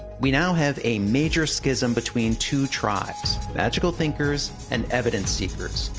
we now have a major schism between two tribes, magical thinkers and evidence seekers.